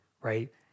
right